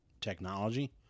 technology